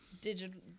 digital